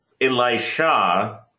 Elisha